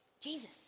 Jesus